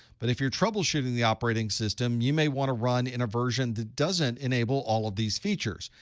but if you're troubleshooting the operating system, you may want to run in a version that doesn't enable all of these features.